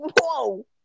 whoa